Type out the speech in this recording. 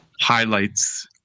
highlights